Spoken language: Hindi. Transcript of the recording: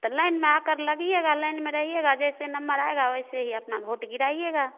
तो लाइन में आकर लगिएगा लाइन में रहिएगा जैसे नम्बर आएगा वैसे ही अपना वोट गिराइएगा